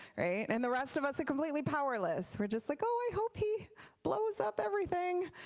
and and the rest of us are completely powerless. we're just like oh i hope he blows up everything.